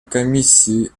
комиссии